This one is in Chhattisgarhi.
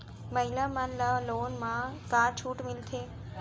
महिला मन ला लोन मा का छूट मिलथे?